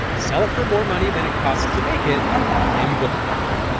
sell it for more money than it costs make it and you book a profit.